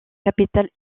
capitale